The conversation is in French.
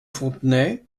fontenay